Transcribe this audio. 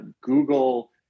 Google